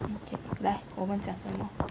okay 来我们讲什么